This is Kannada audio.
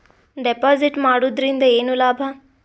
ಡೆಪಾಜಿಟ್ ಮಾಡುದರಿಂದ ಏನು ಲಾಭ?